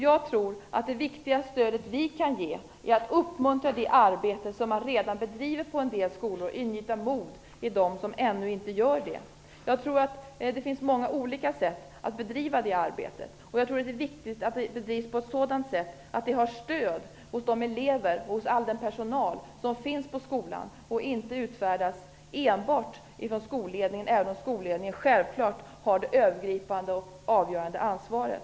Jag tror att det viktiga stöd som vi kan ge är att uppmuntra det arbete som redan bedrivs på en del skolor och ingjuta mod bland dem som ännu inte bedriver det. Jag tror att det finns många olika sätt att bedriva det arbetet på. Jag tror också att det är viktigt att det bedrivs på ett sådant sätt att det har stöd av de elever och av all den personal som finns på skolan. Det skall inte enbart ske utfärdanden från skolledningen, även om denna självklart har det övergripande och avgörande ansvaret.